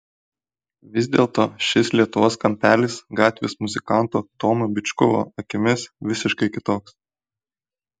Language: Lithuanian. vis dėlto šis lietuvos kampelis gatvės muzikanto tomo byčkovo akimis visiškai kitoks